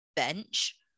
bench